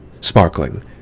sparkling